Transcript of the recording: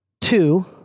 two